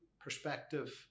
perspective